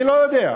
אני לא יודע.